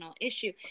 issue